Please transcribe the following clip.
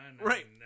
Right